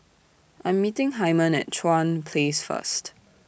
I'm meeting Hyman At Chuan Place First